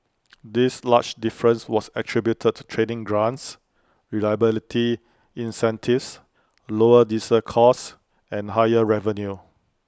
this large difference was attributed to training grants reliability incentives lower diesel costs and higher revenue